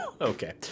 Okay